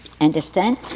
Understand